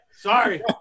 Sorry